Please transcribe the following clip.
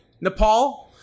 Nepal